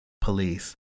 police